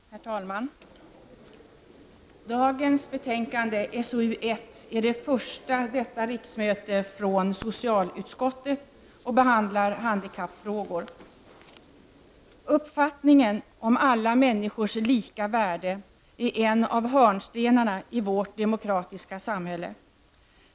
Herr talman! Dagens betänkande SoU1 är det första från socialutskottet under detta riksmöte. Det behandlar handikappfrågor. Uppfattningen om alla människors lika värde är en av hörnstenarna i vårt demokratiska samhälle.